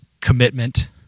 commitment